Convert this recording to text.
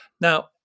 Now